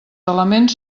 elements